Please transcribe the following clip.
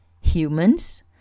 humans